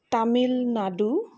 Tamil Nadu